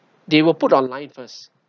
they will put online first